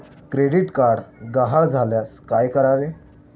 Credit card गहाळ झाल्यास काय करावे?